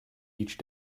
each